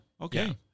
Okay